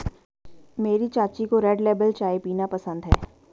मेरी चाची को रेड लेबल चाय पीना पसंद है